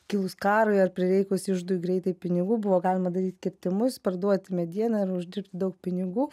kilus karui ar prireikus iždui greitai pinigų buvo galima daryt kirtimus parduoti medieną ir uždirbti daug pinigų